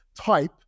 type